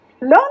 Learn